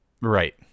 right